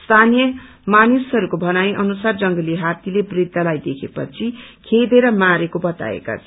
स्थनिय मानिसहरूको भनाई अनुसार जंगली हात्तीले वृद्धलाई देखे पछि खेदेर मारेको बताएका छन्